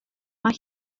mae